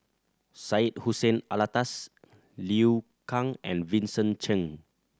Syed Hussein Alatas Liu Kang and Vincent Cheng